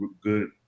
good